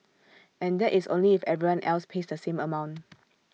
and that is only if everyone else pays the same amount